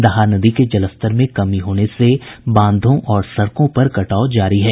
दहा नदी के जलस्तर में कमी होने से बांधों और सड़कों पर कटाव जारी है